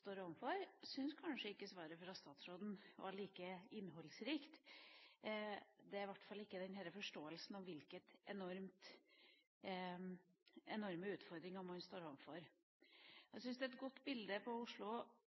står overfor. Jeg syns kanskje ikke svaret fra statsråden var like innholdsrikt. Det er i hvert fall ikke en forståelse for de enorme utfordringer man står overfor. Jeg syns det er et godt bilde på Oslo